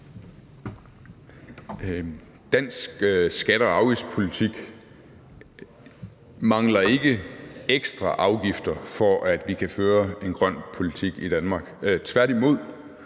Dansk skatte- og afgiftspolitik mangler ikke ekstra afgifter, for at vi kan føre en grøn politik i Danmark.